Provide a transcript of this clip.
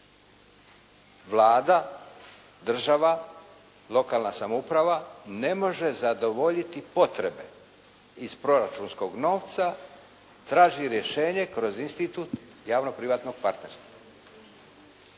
Vlada, država, lokalna samouprava ne može zadovoljiti potrebe iz proračunskog novca traži rješenje kroz institut javno-privatnog partnerstva.